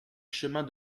chemin